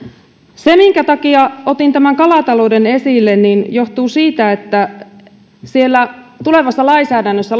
se minkä takia otin tämän kalatalouden esille johtuu siitä että siellä tulevassa lainsäädännössä